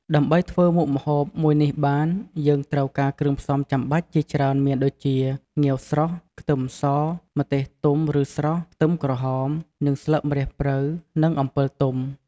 ដើម្បីធ្វើមុខម្ហូបមួយនេះបាន យើងត្រូវការគ្រឿងផ្សំចាំបាច់ជាច្រើនមានដូចជា ងាវស្រស់ ខ្ទឹមស ម្ទេសទុំឬស្រស់ ខ្ទឹមក្រហម និងស្លឹកម្រះព្រៅ និងអំពិលទុំ។